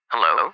Hello